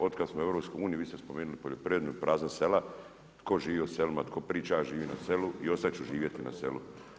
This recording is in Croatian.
Od kada smo u EU, vi ste spomenuli poljoprivredna prazna sela, tko živi u selima, tko priča a živi na selu i ostati će živjeti na selu.